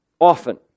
Often